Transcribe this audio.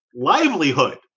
livelihood